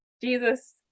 Jesus